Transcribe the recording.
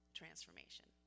transformation